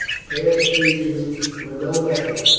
past treasons were no matter.